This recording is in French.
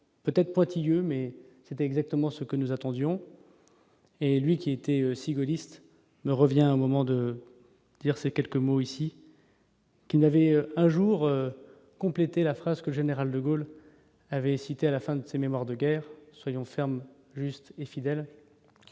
peut-être pointilleux mais c'est exactement ce que nous attendions et lui qui était si gaulliste revient au moment de dire ces quelques mots ici. Qui n'avait un jour compléter la fresque, général de Gaulle avait cité à la fin de ses Mémoires de guerre, soyons fermes juste et fidèle,